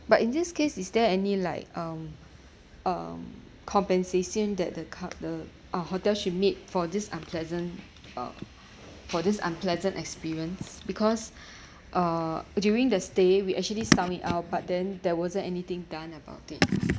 but in this case is there any like um um compensation that the the uh hotel should make for this unpleasant uh for this unpleasant experience because uh during the stay we actually submit out but then there wasn't anything done about it